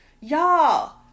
y'all